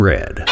Red